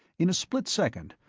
in a split second,